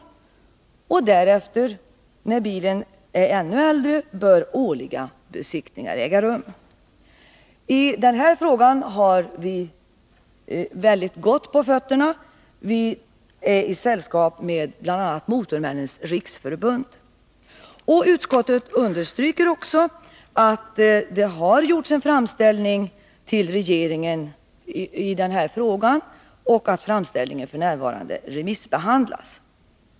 Därefter, eller kanske först när bilen är ännu äldre, bör årliga besiktningar äga rum. I den här frågan har vi väldigt ”gott på fötterna”. Vi är i sällskap med bland andra Motormännens riksförbund. Utskottet anför också, att det har gjorts en framställning till regeringen i frågan och att denna f. n. remissbehandlas.